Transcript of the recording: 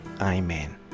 Amen